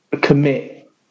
commit